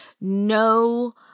No